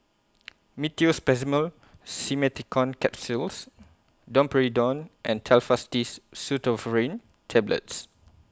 Meteospasmyl Simeticone Capsules Domperidone and Telfast Diss Pseudoephrine Tablets